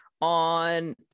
on